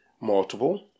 multiple